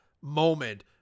moment